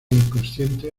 inconsciente